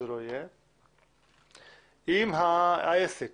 אם העסק